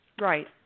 right